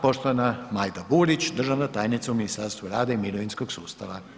Poštovana Majda Burić državna tajnica u Ministarstvu rada i mirovinskog sustava.